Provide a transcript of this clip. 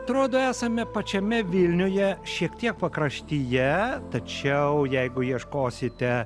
atrodo esame pačiame vilniuje šiek tiek pakraštyje tačiau jeigu ieškosite